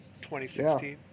2016